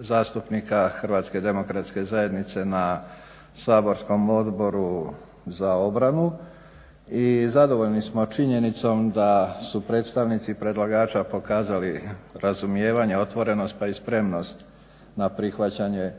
zastupnika HDZ-a na saborskom Odboru za obranu i zadovoljni smo činjenicom da su predstavnici predlagača pokazali razumijevanje, otvorenost pa i spremnost na prihvaćanje